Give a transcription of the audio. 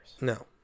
No